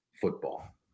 football